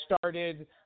started